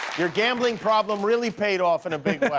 your gambling problem really paid off in a big